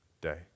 day